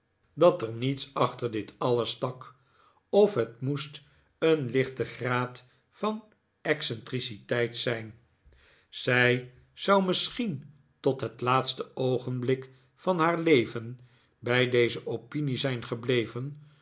niets achter dit alles stak of het moest een lichte graad van excentriciteit zijn zij zou misschien tot het laatste oogenblik van haar leven bij deze opinie zijn gebleven